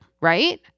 Right